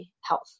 health